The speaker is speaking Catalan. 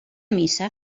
missa